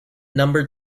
numbered